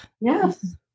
Yes